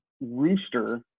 rooster